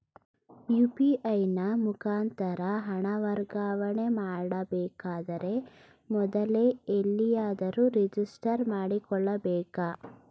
UPI ನ ಮುಖಾಂತರ ಹಣ ವರ್ಗಾವಣೆ ಮಾಡಬೇಕಾದರೆ ಮೊದಲೇ ಎಲ್ಲಿಯಾದರೂ ರಿಜಿಸ್ಟರ್ ಮಾಡಿಕೊಳ್ಳಬೇಕಾ?